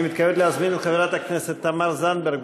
אני מתכבד להזמין את חברת הכנסת תמר זנדברג,